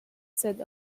said